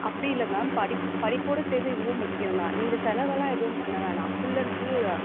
அப்படில்ல ma'am படிப் படிப்போடு சேர்ந்து இதுவும் முக்கியம்தான் நீங்கள் செலவெல்லாம் எதுவும் பண்ண வேணாம் ஃபுல் அண்ட் ஃபுல்